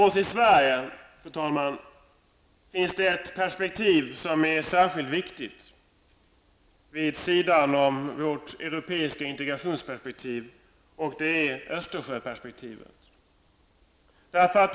För oss i Sverige finns det ett perspektiv som är särskilt viktigt vid sidan om vårt europeiska integrationsperspektiv, nämligen Östersjöperspektivet.